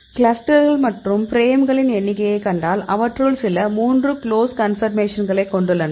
கிளஸ்டர்கள் மற்றும் பிரேம்களின் எண்ணிக்கையை கண்டால் அவற்றுள் சில மூன்று க்ளோஸ் கன்பர்மேஷன்களை கொண்டுள்ளன